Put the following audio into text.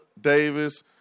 Davis